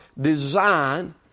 design